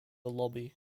lobby